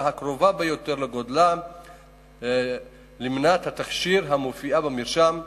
הקרובה ביותר בגודלה למנת התכשיר המופיעה במרשם,